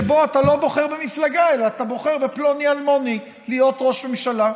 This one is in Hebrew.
שבו אתה לא בוחר במפלגה אלא אתה בוחר בפלוני-אלמוני להיות ראש ממשלה.